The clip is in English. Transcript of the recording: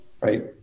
right